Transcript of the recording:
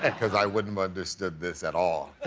and because i wouldn't have understood this at all.